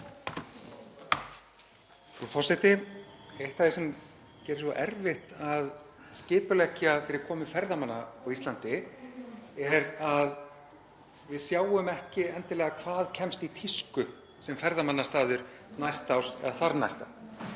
Frú forseti. Eitt af því sem gerir svo erfitt að skipuleggja komur ferðamanna á Íslandi er að við sjáum ekki endilega fyrir hvað kemst í tísku sem ferðamannastaður næsta árs eða þarnæsta.